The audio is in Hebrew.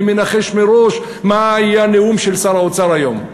אני מנחש מראש מה יהיה הנאום של שר האוצר היום: